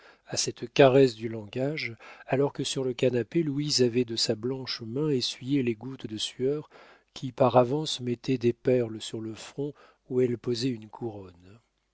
à cette caresse du langage alors que sur le canapé louise avait de sa blanche main essuyé les gouttes de sueur qui par avance mettaient des perles sur le front où elle posait une couronne